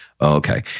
Okay